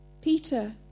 Peter